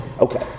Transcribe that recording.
okay